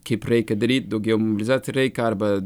kaip reikia daryt daugiau mobilizaciją reik arba